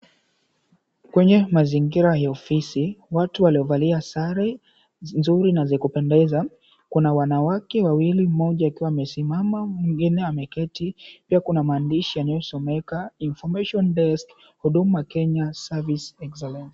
Kwenye mazingira ya ofisi, watu waliovalia sare nzuri na za kupendeza. Kuna wanawake wawili, mmoja akiwa amesimama, mwingine ameketi. Pia kuna maandishi yanayosomeka Information desk , Huduma Kenya Service Excellence .